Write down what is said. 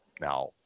Now